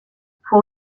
fou